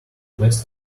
best